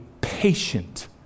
patient